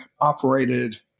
operated